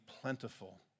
plentiful